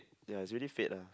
ya it's really fate lah